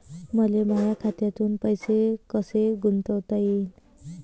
मले माया खात्यातून पैसे कसे गुंतवता येईन?